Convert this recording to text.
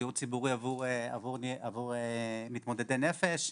דיור ציבורי עבור מתמודדי נפש.